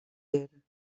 werden